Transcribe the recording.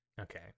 Okay